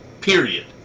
period